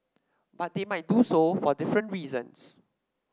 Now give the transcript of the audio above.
but they might do so for different reasons